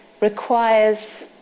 requires